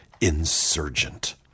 insurgent